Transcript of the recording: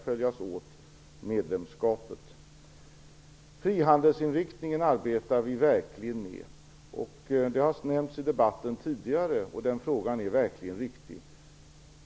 Frihandelsinriktningen arbetar vi verkligen med. Den frågan har nämnts tidigare i debatten, och den är verkligen viktig.